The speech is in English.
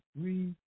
three